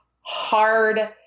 hard